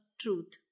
truth